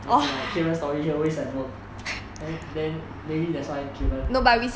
like for like kevan story he always has work then maybe that's why kevan